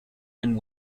and